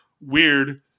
weird